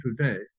today